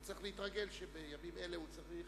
הוא צריך להתרגל שבימים אלה הוא צריך,